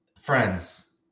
friends